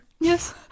Yes